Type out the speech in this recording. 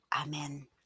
Amen